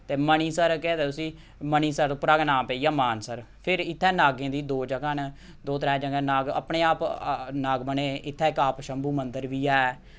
ते मणिसार केह् आखदे उसी मणिसार उप्परा गै नांऽ पेई गेआ मानसर फिर इत्थै नागें दी दो जगह न दो त्रै जगह् नाग अपने आप नाग बने दे इत्थैं इक आपशंभु मंदर बी ऐ